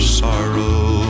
sorrow